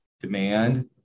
demand